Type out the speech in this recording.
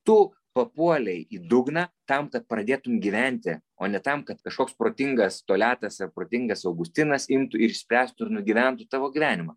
tu papuolei į dugną tam kad pradėtum gyventi o ne tam kad kažkoks protingas toliatas ar protingas augustinas imtų ir išspręstų ir nugyventų tavo gyvenimą